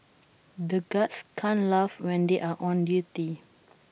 the guards can't laugh when they are on duty